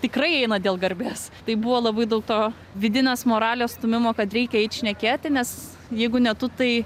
tikrai eina dėl garbės tai buvo labai daug to vidinės moralės stūmimo kad reikia eit šnekėti nes jeigu ne tu tai